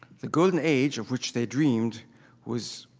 the golden age of which they dreamed was